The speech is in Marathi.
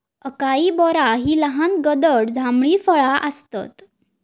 अकाई बोरा ही लहान गडद जांभळी फळा आसतत